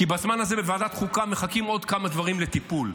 כי בזמן הזה בוועדת חוקה מחכים עוד כמה דברים לטיפול.